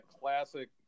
classic